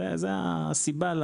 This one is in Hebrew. זו הסיבה.